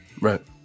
Right